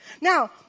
Now